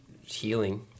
healing